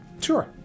Sure